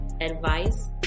advice